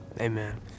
Amen